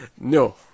No